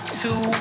two